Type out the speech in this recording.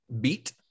Beat